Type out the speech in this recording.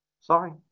Sorry